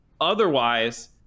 Otherwise